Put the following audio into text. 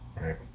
Right